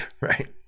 right